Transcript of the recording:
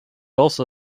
also